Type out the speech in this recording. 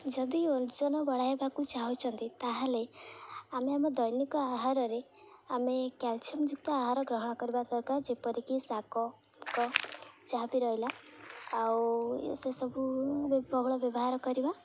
ଯଦି ଓଜନ ବଢ଼ାଇବାକୁ ଚାହୁଁଛନ୍ତି ତା'ହେଲେ ଆମେ ଆମ ଦୈନିକ ଆହାରରେ ଆମେ କ୍ୟାଲସିୟମ ଯୁକ୍ତ ଆହାର ଗ୍ରହଣ କରିବା ଦରକାର ଯେପରିକି ଶାଗ ଯାହା ବିି ରହିଲା ଆଉ ଏ ସେସବୁ ବହୁଳ ବ୍ୟବହାର କରିବା